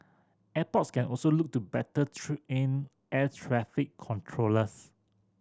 airports can also look to better train traffic controllers